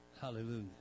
Hallelujah